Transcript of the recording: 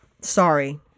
sorry